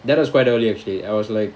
that was quite early actually I was like